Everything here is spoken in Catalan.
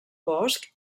bosc